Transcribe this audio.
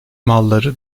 malları